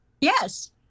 Yes